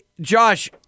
Josh